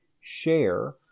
share